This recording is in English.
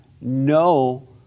no